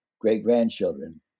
great-grandchildren